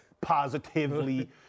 positively